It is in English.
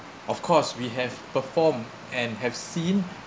of course we have performed and have seen